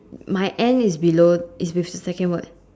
my end is below is with the second word